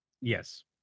Yes